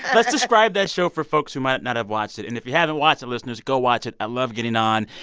let's describe that show for folks who might not have watched it. and if you haven't watched it, listeners, go watch it. i love getting on.